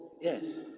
Yes